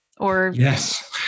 Yes